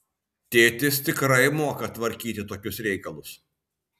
tėtis tikrai moka tvarkyti tokius reikalus